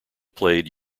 played